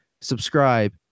subscribe